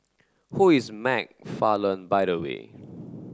who is McFarland by the way